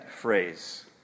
phrase